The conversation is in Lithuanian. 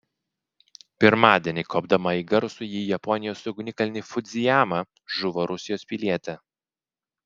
pirmadienį kopdama į garsųjį japonijos ugnikalnį fudzijamą žuvo rusijos pilietė